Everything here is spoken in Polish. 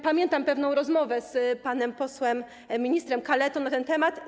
Pamiętam pewną rozmowę z panem posłem, ministrem Kaletą na ten temat.